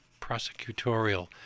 prosecutorial